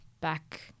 back